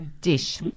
dish